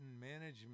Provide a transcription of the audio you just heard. management